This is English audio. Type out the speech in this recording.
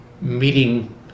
meeting